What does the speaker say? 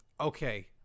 Okay